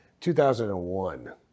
2001